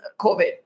COVID